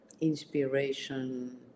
inspiration